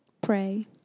Pray